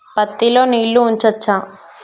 పత్తి లో నీళ్లు ఉంచచ్చా?